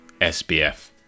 SBF